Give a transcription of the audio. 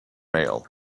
mail